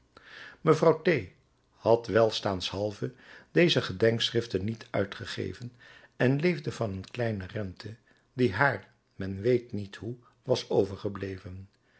mevrouw t had welstaanshalve deze gedenkschriften niet uitgegeven en leefde van een kleine rente die haar men weet niet hoe was overgebleven